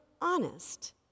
honest